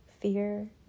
fear